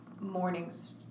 mornings